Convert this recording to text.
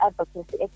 advocacy